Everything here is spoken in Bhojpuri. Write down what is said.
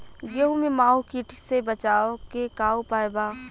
गेहूँ में माहुं किट से बचाव के का उपाय बा?